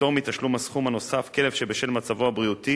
לפטור מתשלום הסכום הנוסף בעלים של כלב שבשל מצבו הבריאותי